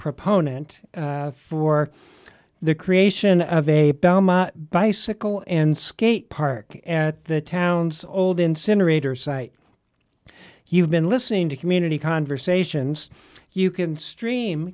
proponent for the creation of a bicycle and skate park at the town's old incinerator site you've been listening to community conversations you can stream